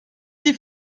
die